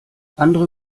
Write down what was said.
andere